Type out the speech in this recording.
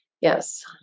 Yes